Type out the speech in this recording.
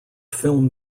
film